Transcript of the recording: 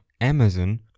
Amazon